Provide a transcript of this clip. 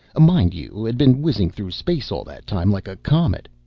mind you, had been whizzing through space all that time, like a comet.